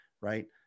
Right